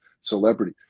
celebrity